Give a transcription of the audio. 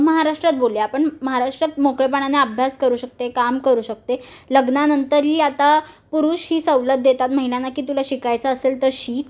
महाराष्ट्रात बोलूया आपण महाराष्ट्रात मोकळेपणाने अभ्यास करू शकते काम करू शकते लग्नानंतरही आता पुरुष ही सवलत देतात महिलांना की तुला शिकायचं असेल तर शिक